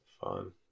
fun